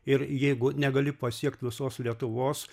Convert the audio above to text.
ir jeigu negali pasiekt visos lietuvos